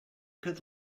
could